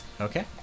okay